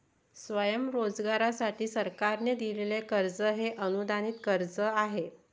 स्वयंरोजगारासाठी सरकारने दिलेले कर्ज हे अनुदानित कर्ज आहे